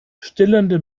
stillende